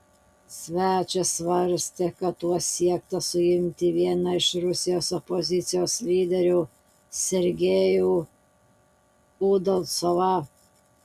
svečias svarstė kad tuo siekta suimti vieną iš rusijos opozicijos lyderių sergejų udalcovą